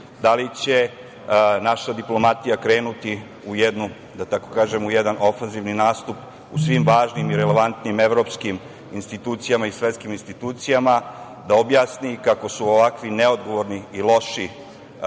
da li će naša diplomatija krenuti u jedan ofanzivni nastup u svim važnim i relevantnim evropskim institucijama i svetskim institucijama da objasni kako su ovakvi neodgovorni i loši potezi,